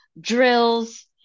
drills